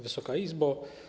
Wysoka Izbo!